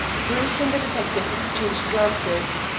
bruce and the detective exchanged glances.